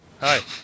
Hi